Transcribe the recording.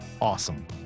awesome